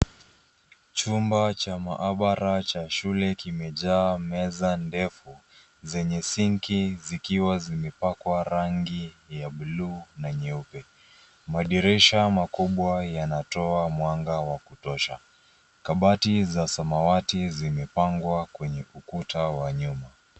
Chumba cha maabara cha shule kimejaa meza ndefu zenye sinki zikiwa zimepakwa rangi ya buluu na nyeupe. Madirisha makubwa yanatoa mwanga wa kutosha kabati za samawati zimepangwa kwenye ukuta wa nyuma.